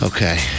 Okay